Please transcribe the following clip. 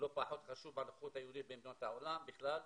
לא פחות חשוב ב- -- במדינות העולם בכלל,